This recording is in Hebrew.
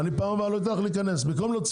זה לא מה שאתם עושים היום, אתם כופים מחיר